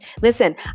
Listen